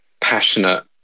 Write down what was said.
passionate